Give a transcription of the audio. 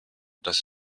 dass